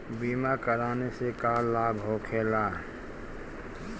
बीमा कराने से का लाभ होखेला?